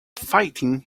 fighting